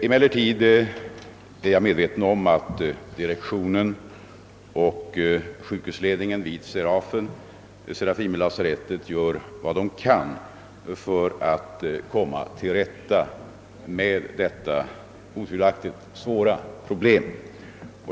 Emellertid är jag medveten om att direktionen och sjukhusledningen vid serafimerlasarettet gör vad de kan för att komma till rätta med detta otvivelaktigt svåra problem.